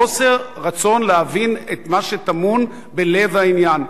חוסר רצון להבין את מה שטמון בלב העניין.